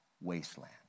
wasteland